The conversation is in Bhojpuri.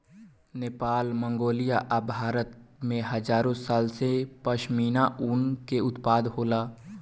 नेपाल, मंगोलिया आ भारत में हजारो साल पहिले से पश्मीना ऊन के उत्पादन होला